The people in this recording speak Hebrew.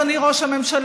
אדוני ראש הממשלה,